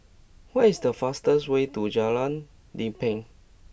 what is the fastest way to Jalan Lempeng